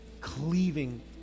cleaving